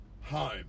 home